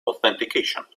authentication